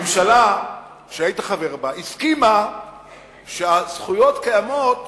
הממשלה שהיית חבר בה הסכימה שהזכויות קיימות